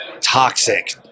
toxic